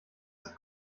ist